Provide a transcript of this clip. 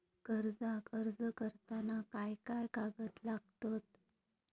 कर्जाक अर्ज करताना काय काय कागद लागतत?